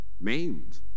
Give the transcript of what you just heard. maimed